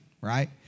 right